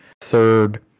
third